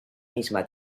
misma